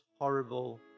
horrible